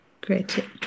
Great